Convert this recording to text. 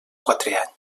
quatre